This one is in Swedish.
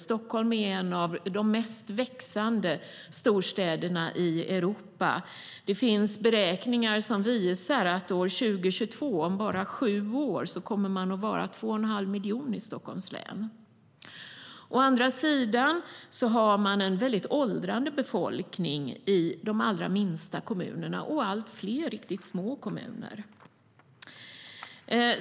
Stockholm är en av de kraftigast växande storstäderna i Europa. Det finns beräkningar som visar att år 2022, om bara sju år, kommer man att vara 2 1⁄2 miljon i Stockholms län. Å andra sidan har man en väldigt åldrande befolkning i de allra minsta kommunerna och allt fler riktigt små kommuner.